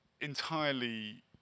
entirely